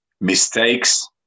mistakes